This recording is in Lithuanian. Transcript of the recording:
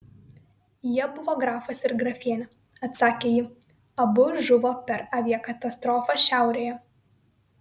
jie buvo grafas ir grafienė atsakė ji abu žuvo per aviakatastrofą šiaurėje